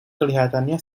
kelihatannya